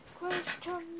Question